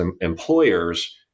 employers